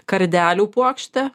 kardelių puokštę